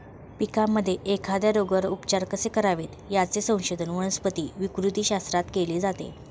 पिकांमध्ये एखाद्या रोगावर उपचार कसे करावेत, याचे संशोधन वनस्पती विकृतीशास्त्रात केले जाते